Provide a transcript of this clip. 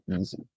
easy